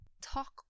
talk